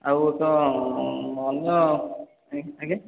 ଆଉ ତ ଅନ୍ୟ ଆ ଆଜ୍ଞା